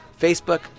Facebook